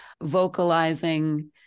vocalizing